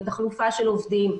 התחלופה של עובדים.